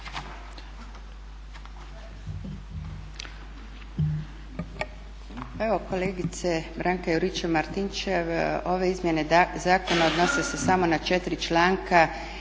Evo kolegice Branka Juričev-Martinčev, ove izmjene zakona odnose se samo na 4 članka